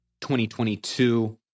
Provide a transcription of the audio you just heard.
2022